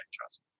trust